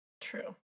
True